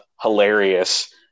hilarious